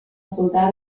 soldà